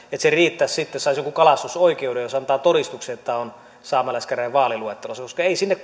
se riittäisi sitten saisi jonkun kalastusoikeuden jos antaa todistuksen että on saamelaiskäräjien vaaliluettelossa koska eivät sinne